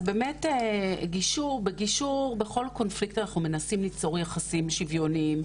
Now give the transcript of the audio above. אז באמת בגישור בכל קונפליקט אנחנו מנסים ליצור יחסים שוויוניים,